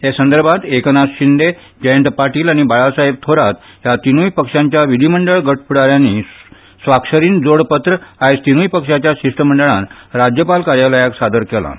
हे संदर्भांत एकनाथ शिंदे जयंत पाटील आनी बाळासाहेब थोरात ह्या तीनूय पक्षांच्या विधीमंडळ गटफूडा यांनी स्वाक्षरीन जोड पत्र आयज तीनूय पक्षाच्या शिष्टमंडळान राज्यपाल कार्यालयाक सादर केल्यां